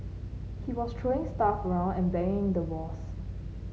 he was throwing stuff around and banging the walls